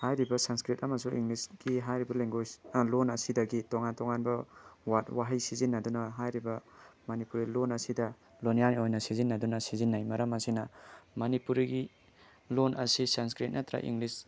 ꯍꯥꯏꯔꯤꯕ ꯁꯪꯁꯀ꯭ꯔꯤꯠ ꯑꯃꯁꯨꯡ ꯏꯪꯂꯤꯁꯀꯤ ꯍꯥꯏꯔꯤꯕ ꯂꯦꯡꯒꯣꯏꯖ ꯂꯣꯟ ꯑꯁꯤꯗꯒꯤ ꯇꯣꯉꯥꯟ ꯇꯣꯉꯥꯟꯕ ꯋꯥꯔꯠ ꯋꯥꯍꯩ ꯁꯤꯖꯟꯅꯗꯨꯅ ꯍꯥꯏꯔꯤꯕ ꯃꯅꯤꯄꯨꯔꯤ ꯂꯣꯟ ꯑꯁꯤꯗ ꯂꯣꯟꯌꯥꯟ ꯑꯣꯏꯅ ꯁꯤꯖꯤꯟꯅꯗꯨꯅ ꯁꯤꯖꯤꯟꯅꯩ ꯃꯔꯝ ꯑꯁꯤꯅ ꯃꯅꯤꯄꯨꯔꯤꯒꯤ ꯂꯣꯟ ꯑꯁꯤ ꯁꯪꯁꯀ꯭ꯔꯤꯠ ꯅꯠꯇ꯭ꯔ ꯏꯪꯂꯤꯁ